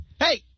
Hey